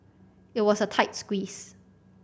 it was a tight squeeze